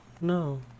no